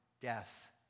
death